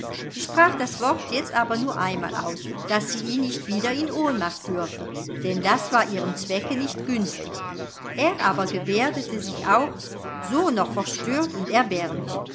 sie sprach das wort jetzt aber nur einmal aus daß sie ihn nicht wieder in ohnmacht würfe denn das war ihrem zwecke nicht günstig er aber geberdete sich auch so noch verstört und erbärmlich